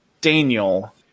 Daniel